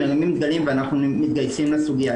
מרימים דגלים ואנחנו מתגייסים לסוגיה.